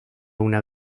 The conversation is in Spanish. una